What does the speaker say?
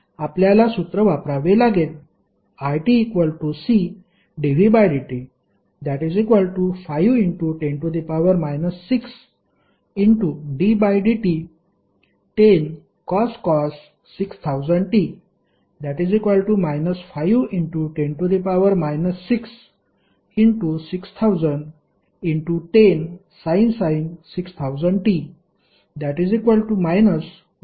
आपल्याला सूत्र वापरावे लागेल itCdvdt510 6ddt10cos 6000t 510 6600010sin 6000t 0